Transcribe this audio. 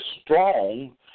strong